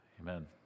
amen